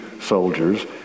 soldiers